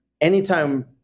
anytime